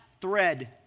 thread